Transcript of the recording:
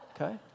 Okay